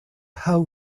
how